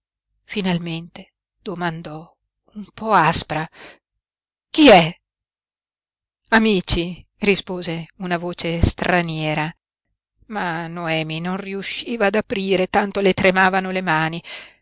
finalmente domandò un po aspra chi è amici rispose una voce straniera ma noemi non riusciva ad aprire tanto le tremavano le mani